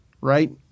Right